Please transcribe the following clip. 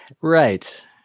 Right